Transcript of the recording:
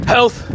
Health